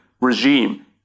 regime